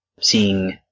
seeing